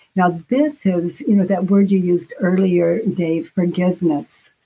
yeah this is you know that word you used earlier, dave, forgiveness.